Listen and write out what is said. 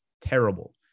terrible